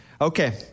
Okay